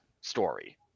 story